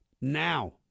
now